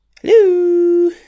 Hello